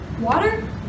water